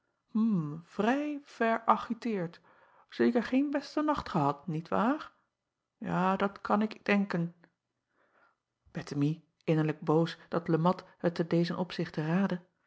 vrij veragiteerd eker geen beste nacht gehad niet waar a dat kan ik denken ettemie innerlijk boos dat e at het te dezen opzichte raadde